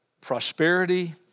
prosperity